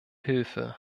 hilfe